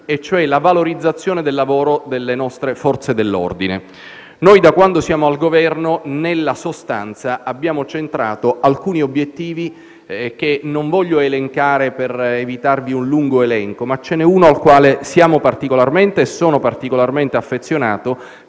e cioè la valorizzazione del lavoro delle nostre Forze dell'ordine. Da quando siamo al Governo, nella sostanza abbiamo centrato alcuni obiettivi, che non voglio declinare per evitarvi un lungo elenco, ma ce n'è uno al quale siamo e sono particolarmente affezionato,